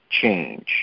change